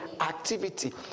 activity